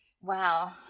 Wow